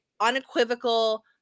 unequivocal